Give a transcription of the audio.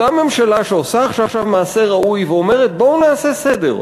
אותה ממשלה שעושה עכשיו מעשה ראוי ואומרת: בואו נעשה סדר,